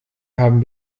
haben